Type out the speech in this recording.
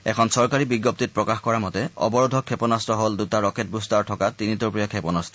এখন চৰকাৰী বিজ্ঞপ্তিত প্ৰকাশ কৰা মতে অৱৰোধক ক্ষেপণাস্ত্ৰ হ'ল দুটা ৰকেট বৃষ্টাৰ থকা তিনিতৰপীয়া ক্ষেপণাস্ত